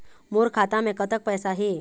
मोर खाता मे कतक पैसा हे?